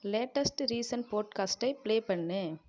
latest reason போட்காஸ்ட்டை play பண்ணு